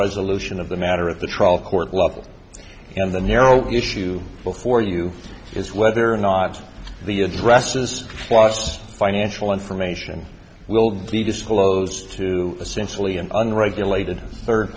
resolution of the matter at the trial court level in the narrow issue before you is whether or not the addresses fluffs financial information will be disclosed to essentially an unregulated third